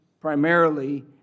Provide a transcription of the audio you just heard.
primarily